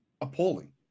appalling